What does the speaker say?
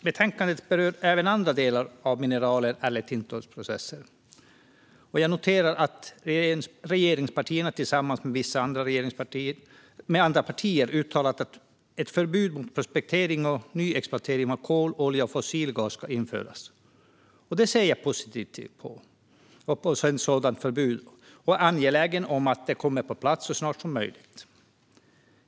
Betänkandet berör även andra delar än tillståndsprocesser. Jag noterar att regeringspartierna tillsammans med vissa andra partier uttalat att ett förbud mot prospektering och nyexploatering av kol, olja och fossilgas ska införas. Jag ser positivt på ett sådant förbud och är angelägen om att det kommer på plats så snart som möjligt.